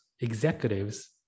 executives